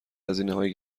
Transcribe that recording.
هزینههای